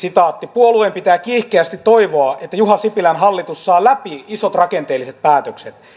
puolueen pitää kiihkeästi toivoa että juha sipilän hallitus saa läpi isot rakenteelliset päätökset